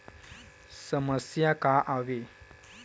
समस्या का आवे?